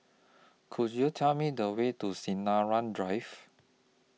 Could YOU Tell Me The Way to Sinaran Drive